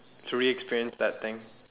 to reexperience that thing